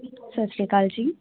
ਸਤਿ ਸ਼੍ਰੀ ਅਕਾਲ ਜੀ